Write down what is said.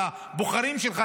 לבוחרים שלך,